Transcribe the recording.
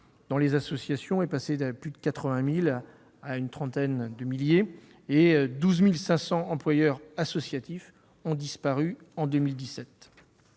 dans les associations, est passé de plus de 80 000 à une trentaine de milliers et 12 500 employeurs associatifs ont disparu en 2017.